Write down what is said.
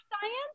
science